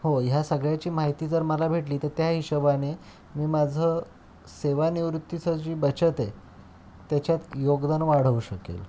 हो ह्या सगळ्याची माहिती जर मला भेटली तर त्या हिशोबाने मी माझं सेवानिवृत्तीचं जी बचत आहे त्याच्यात योगदान वाढवू शकेल